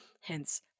hence